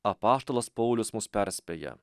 apaštalas paulius mus perspėja